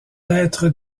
être